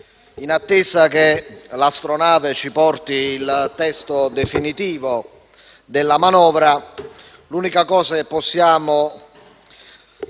in attesa che l'astronave ci porti il testo definitivo della manovra, l'unica cosa che possiamo